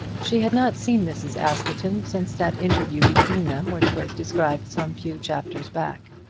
she had not seen mrs. askerton since that interview between them which was described some few chapters back.